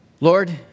Lord